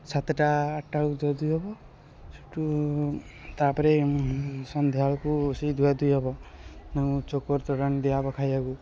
ସାତଟା ଆଠଟା ବେଳକୁ ଧୁଆଧୁଇ ହବ ସେଠୁ ତାପରେ ସନ୍ଧ୍ୟାବେଳକୁ ସେ ଧୁଆଧୁଇ ହବ ତାଙ୍କୁ ଚୋକଡ଼ ତୋରାଣି ଦିଆ ହବ ଖାଇବାକୁ